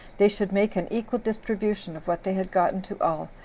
they should make an equal distribution of what they had gotten to all,